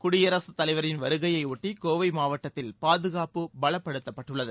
குடியரசு தலைவரின் வருகையை ஓட்டி கோவை மாவட்டத்தில் பாதுகாப்பு பலப்படுத்தப்பட்டுள்ளது